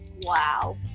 Wow